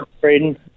Braden